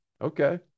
okay